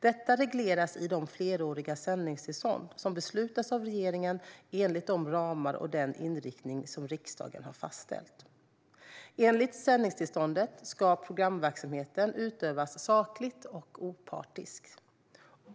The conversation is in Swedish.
Detta regleras i de fleråriga sändningstillstånd som beslutas av regeringen enligt de ramar och den inriktning som riksdagen har fastställt. Enligt sändningstillståndet ska programverksamheten utövas sakligt och opartiskt.